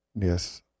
Yes